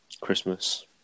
Christmas